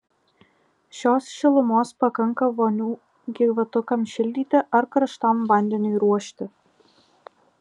šios šilumos pakanka vonių gyvatukams šildyti ar karštam vandeniui ruošti